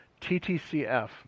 TTCF